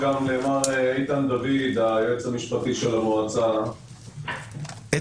עמק חפר אנחנו עוברים להצעת צו המועצות המקומיות (עבירות קנס) (תיקון),